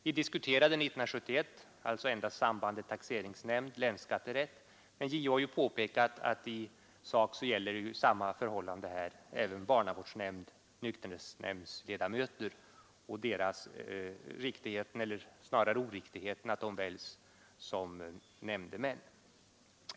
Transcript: Vi diskuterade 1971 endast sambandet taxeringsnämnd -—länsskatterätt, men JO har påpekat att i sak samma förhållande gäller även barnavårdsnämndsoch nykterhetsnämndsledamöter och riktigheten — eller kanske snarare oriktigheten — av att de väljs till nämndemän.